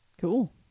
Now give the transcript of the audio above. Cool